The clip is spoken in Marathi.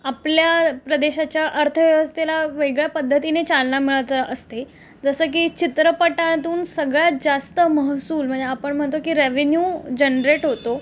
आपल्या प्रदेशाच्या अर्थव्यवस्थेला वेगळ्या पद्धतीने चालना मिळाचा असते जसं की चित्रपटातून सगळ्यात जास्त महसूल म्हणजे आपण म्हणतो की रेव्हेन्यू जनरेट होतो